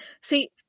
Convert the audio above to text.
See